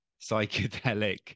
psychedelic